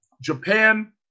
Japan